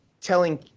telling